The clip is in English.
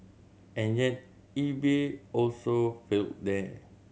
and yet eBay also failed there